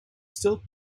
still